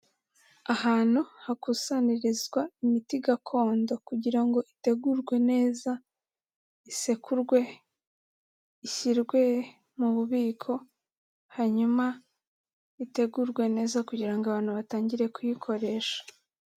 Ahantu hakusanirizwa imiti gakondo kugira ngo itegurwe neza, isekurwe, ishyirwe mu bubiko, hanyuma itegurwe neza kugira ngo abantu batangire kuyikoresha.